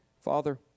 Father